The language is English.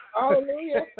Hallelujah